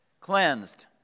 cleansed